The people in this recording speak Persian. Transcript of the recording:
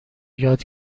یاد